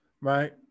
Right